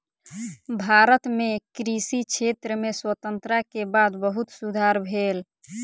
भारत मे कृषि क्षेत्र में स्वतंत्रता के बाद बहुत सुधार भेल